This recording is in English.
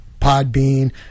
Podbean